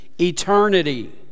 eternity